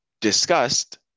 discussed